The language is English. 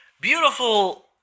Beautiful